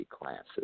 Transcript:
classes